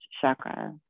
chakra